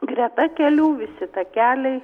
greta kelių visi takeliai